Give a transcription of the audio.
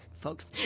folks